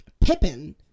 pippin